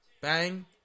Bang